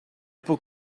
puc